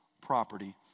property